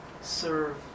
serve